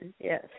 Yes